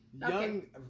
Young